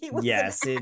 yes